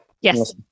Yes